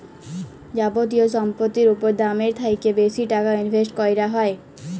যাবতীয় সম্পত্তির উপর দামের থ্যাকে বেশি টাকা ইনভেস্ট ক্যরা হ্যয়